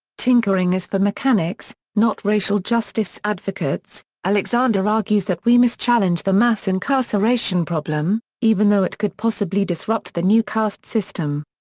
tinkering is for mechanics, not racial-justice advocates alexander argues that we must challenge the mass incarceration problem, even though it could possibly disrupt the new caste system.